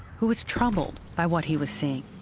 who was troubled by what he was seeing.